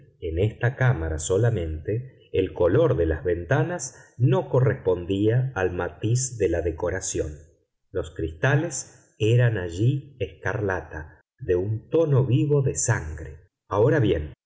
en esta cámara solamente el color de las ventanas no correspondía al matiz de la decoración los cristales eran allí escarlata de un tono vivo de sangre ahora bien